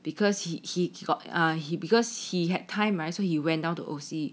because he he got err he because he had time right so he went down to O_C